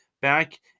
back